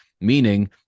Meaning